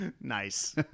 Nice